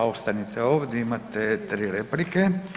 Ostanite ovdje imate tri replike.